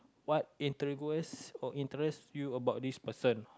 what intrigues or interest you about this person